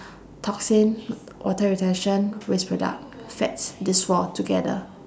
toxin water retention waste product fats these four together